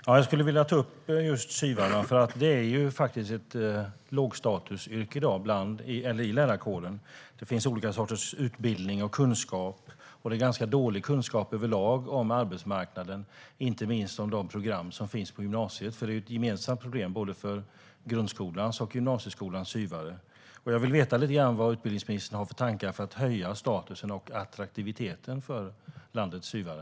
Herr talman! Jag skulle vilja ta upp just SYV:arna. Det är i dag ett lågstatusyrke i lärarkåren. Det finns olika sorters utbildning och kunskap. Det är överlag ganska dålig kunskap om arbetsmarknaden, inte minst för de program som finns på gymnasiet. Det är ett gemensamt problem för både grundskolans och gymnasieskolans SYV:are. Jag vill veta lite grann vad utbildningsministern har för tankar för att höja statusen och attraktiviteten för landets SYV:are.